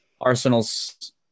Arsenal's